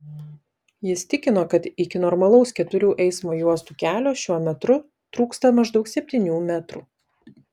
jis tikino kad iki normalaus keturių eismo juostų kelio šiuo metru trūksta maždaug septynių metrų